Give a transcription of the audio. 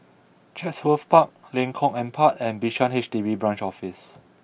Chatsworth Park Lengkong Empat and Bishan H D B Branch Office